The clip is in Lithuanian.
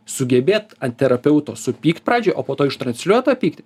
sugebėt ant terapeuto supykt pradžioj o po to ištransliuot tą pyktį